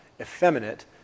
effeminate